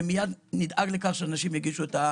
ומיד נדאג לכך שאנשים יגישו את הבקשה.